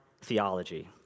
theology